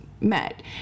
met